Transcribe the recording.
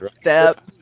step